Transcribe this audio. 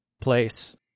place